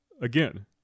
Again